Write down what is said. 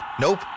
Nope